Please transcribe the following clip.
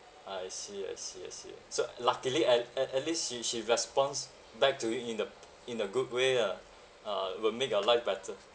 I see I see I see so luckily at at at least she she response back to you in the in the good way ah uh will make your life better